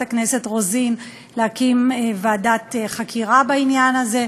הכנסת רוזין להקים ועדת חקירה בעניין הזה,